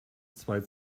zwei